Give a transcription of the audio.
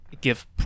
give